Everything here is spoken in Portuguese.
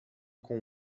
com